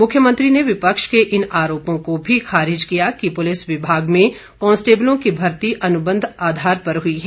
मुख्यमंत्री ने विपक्ष के इन आरोपों को भी खारिज किया कि पुलिस विभाग में कांस्टेबलों की भर्ती अनुबंध आधार पर हुई है